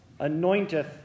anointeth